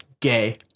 gay